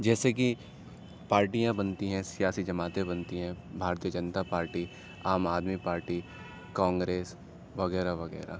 جیسے کہ پارٹیاں بنتی ہیں سیاسی جماعتیں بنتی ہیں Bharatiya Janata party Aam Aadmi party Congress وغیرہ وغیرہ